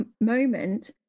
moment